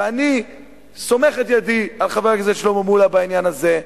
ואני סומך את ידי על חבר הכנסת שלמה מולה בעניין הזה.